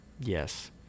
Yes